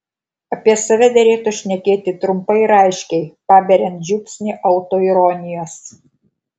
apie save derėtų šnekėti trumpai ir aiškiai paberiant žiupsnį autoironijos